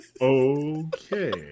Okay